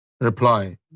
reply